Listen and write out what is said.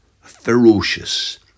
ferocious